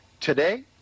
today